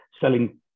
selling